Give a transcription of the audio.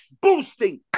boosting